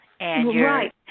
Right